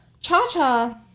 Cha-Cha